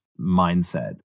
mindset